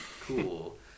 cool